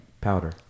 powder